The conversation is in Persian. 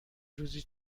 روزی